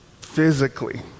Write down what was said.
Physically